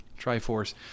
Triforce